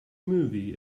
movie